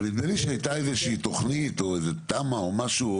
אבל נדמה לי שהייתה איזושהי תוכנית או איזו תמ"א או משהו,